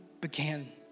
began